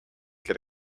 get